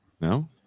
no